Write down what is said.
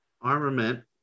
Armament